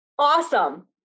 Awesome